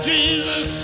Jesus